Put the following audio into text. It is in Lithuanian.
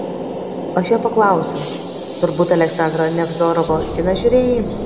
aš jo paklausiau turbūt aleksandro nevzorovo kiną žiūrėjai